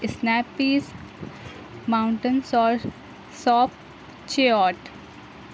snappies mountain salt soap چیوٹ